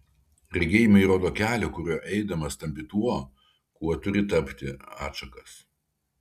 regėjimai rodo kelio kuriuo eidamas tampi tuo kuo turi tapti atšakas